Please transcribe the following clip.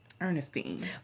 Ernestine